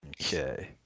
Okay